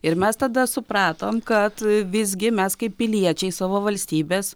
ir mes tada supratome kad visgi mes kaip piliečiai savo valstybės